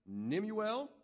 Nimuel